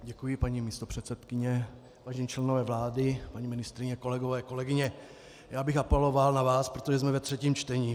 Děkuji, paní místopředsedkyně, vážení členové vlády, paní ministryně, kolegové, kolegyně, já bych apeloval na vás, protože jsme ve třetím čtení.